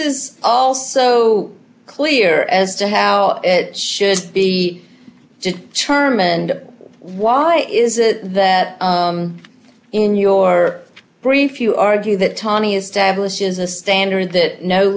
is all so clear as to how it should be just term and why is it that in your brief you argue that tani establishes a standard that no